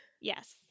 yes